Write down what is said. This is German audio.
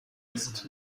ist